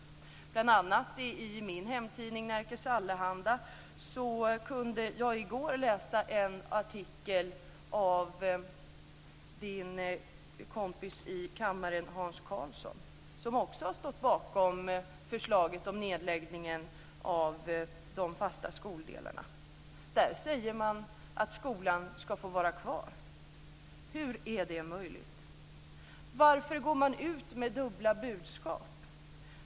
T.ex. kunde jag i min hemtidning Nerikes Allehanda i går läsa en artikel av skolministerns kompis i kammaren Hans Karlsson, som också har stått bakom förslaget om nedläggningen av de fasta skoldelarna. Där säger han att skolan ska få vara kvar. Hur är det möjligt? Varför går man ut med dubbla budskap?